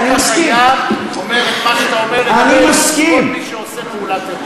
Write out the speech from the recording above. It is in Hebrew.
החוק הקיים אומר את מה שאתה אומר לגבי כל מי שעושה פעולת טרור.